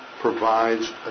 provides